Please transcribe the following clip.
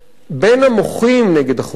בין המוחים נגד החוק הזה,